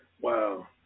Wow